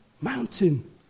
mountain